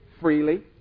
Freely